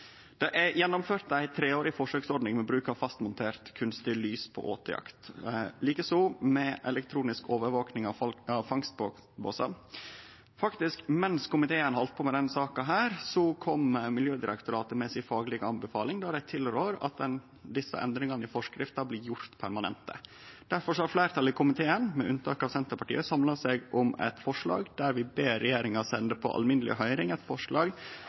Det er gjennomført ei treårig forsøksordning for bruk av fastmontert kunstig lys på åtejakt, det same med elektronisk overvaking av fangstbåsar. Mens komiteen heldt på med denne saka, kom Miljødirektoratet med si faglege tilråding. Dei tilrår at desse endringane i forskrifta blir gjorde permanente. Difor har fleirtalet i komiteen, med unntak av Senterpartiet, samla seg om eit forslag der vi ber regjeringa sende på alminneleg høyring eit forslag